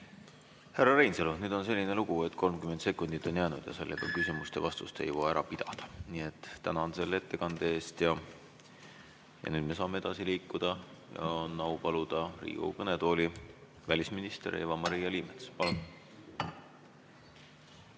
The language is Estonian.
Härra Reinsalu, nüüd on selline lugu, et 30 sekundit on jäänud ja sellega küsimust ja vastust ei jõua ära kuulata. Nii et tänan ettekande eest! Ja nüüd me saame edasi liikuda. Mul on au paluda Riigikogu kõnetooli välisminister Eva-Maria Liimets. Härra